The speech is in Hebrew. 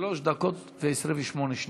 שלוש דקות ו-28 שניות.